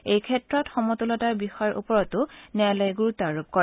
এইক্ষেত্ৰত সমতূলতাৰ বিষয়ৰ ওপৰতো ন্যায়ালয়ে গুৰুত্ব আৰোপ কৰে